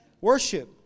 Worship